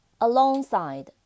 Alongside